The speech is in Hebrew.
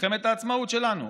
מלחמת העצמאות שלנו,